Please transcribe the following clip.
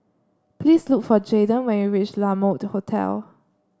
please look for Jaiden when you reach La Mode Hotel